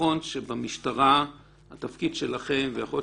נכון שבמשטרה התפקיד שלכם ויכול להיות